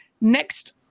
next